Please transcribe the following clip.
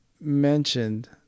mentioned